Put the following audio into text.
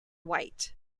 white